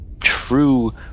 true